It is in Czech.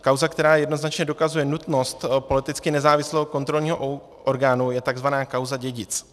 Kauza, která jednoznačně dokazuje nutnost politicky nezávislého kontrolního orgánu, je tzv. kauza Dědic.